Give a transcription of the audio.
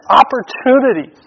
opportunity